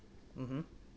mmhmm